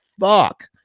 fuck